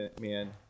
man